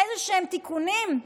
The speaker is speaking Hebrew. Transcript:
איזשהם תיקונים?